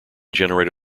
generate